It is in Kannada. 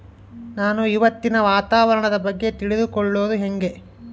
ನಾನು ಇವತ್ತಿನ ವಾತಾವರಣದ ಬಗ್ಗೆ ತಿಳಿದುಕೊಳ್ಳೋದು ಹೆಂಗೆ?